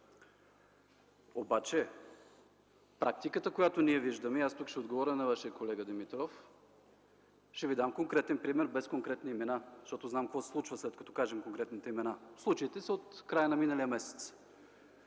обаче практиката, която виждаме... И тук ще отговоря на Вашия колега Димитров. Ще Ви дам конкретен пример, без конкретни имена, защото знаем какво се случва, след като кажем конкретните имена. Случаите са от края на миналия месец